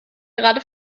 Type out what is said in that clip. gerade